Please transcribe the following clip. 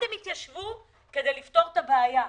כדי לפתור את הבעיה,